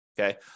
okay